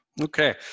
Okay